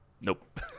Nope